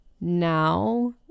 now